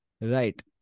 right